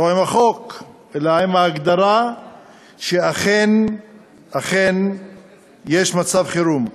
לא עם החוק אלא עם ההגדרה שאכן יש מצב חירום.